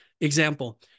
example—